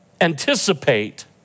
anticipate